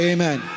Amen